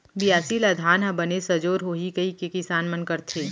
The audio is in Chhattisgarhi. बियासी ल धान ह बने सजोर होही कइके किसान मन करथे